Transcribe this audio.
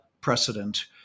precedent